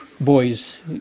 boys